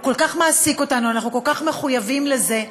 הוא כל כך מעסיק אותנו, אנחנו כל כך מחויבים לזה,